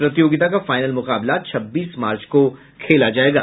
प्रतियोगिता का फाइनल मुकाबला छब्बीस मार्च को खेला जायेगा